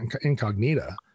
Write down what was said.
incognita